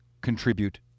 contribute